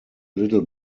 little